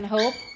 Hope